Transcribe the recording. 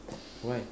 why